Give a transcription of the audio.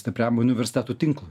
stipriam universitetų tinklui